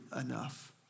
enough